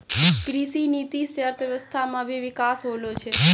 कृषि नीति से अर्थव्यबस्था मे भी बिकास होलो छै